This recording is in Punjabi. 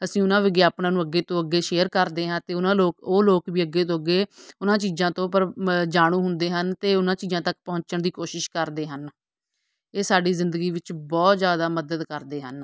ਅਸੀਂ ਉਹਨਾਂ ਵਿਗਿਆਪਨਾਂ ਨੂੰ ਅੱਗੇ ਤੋਂ ਅੱਗੇ ਸ਼ੇਅਰ ਕਰਦੇ ਹਾਂ ਅਤੇ ਉਹਨਾਂ ਲੋਕ ਉਹ ਲੋਕ ਵੀ ਅੱਗੇ ਤੋਂ ਅੱਗੇ ਉਹਨਾਂ ਚੀਜ਼ਾਂ ਤੋਂ ਜਾਣੂ ਹੁੰਦੇ ਹਨ ਅਤੇ ਉਹਨਾਂ ਚੀਜ਼ਾਂ ਤੱਕ ਪਹੁੰਚਣ ਦੀ ਕੋਸ਼ਿਸ਼ ਕਰਦੇ ਹਨ ਇਹ ਸਾਡੀ ਜ਼ਿੰਦਗੀ ਵਿੱਚ ਬਹੁਤ ਜ਼ਿਆਦਾ ਮਦਦ ਕਰਦੇ ਹਨ